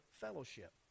fellowship